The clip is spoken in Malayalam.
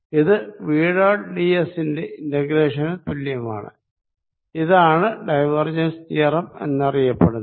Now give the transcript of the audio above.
ഇത് വി ഡോട്ട് ഡി എസ് ന്റെ ഇന്റഗ്രേഷന് തുല്യമാണ് ഇതാണ് ഡൈവർജൻസ് തിയറം എന്നറിയപ്പെടുന്നത്